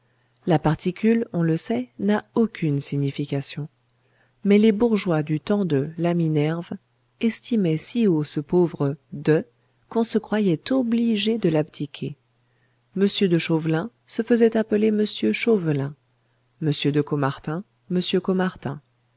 la particule on le sait n'a aucune signification mais les bourgeois du temps de la minerve estimaient si haut ce pauvre de qu'on se croyait obligé de l'abdiquer m de chauvelin se faisait appeler m chauvelin m de caumartin